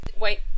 Wait